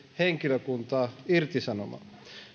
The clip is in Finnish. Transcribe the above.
henkilökuntaa irtisanomalla